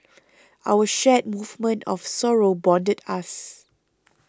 our shared movement of sorrow bonded us